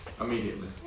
immediately